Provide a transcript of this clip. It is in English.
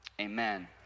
Amen